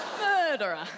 Murderer